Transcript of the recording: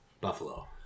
Buffalo